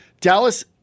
Dallas